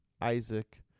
Isaac